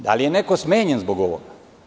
Da li je neko smenjen zbog ovoga?